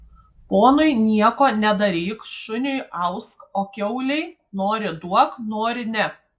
ponui nieko nedaryk šuniui ausk o kiaulei nori duok nori ne